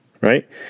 right